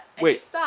Wait